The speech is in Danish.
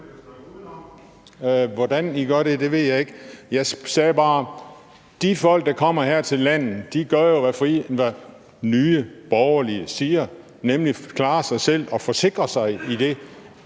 Hvordan I gør det, ved jeg ikke. Jeg sagde bare: De folk, der kommer her til landet, gør jo, hvad Nye Borgerlige siger, nemlig klarer sig selv og forsikrer sig i det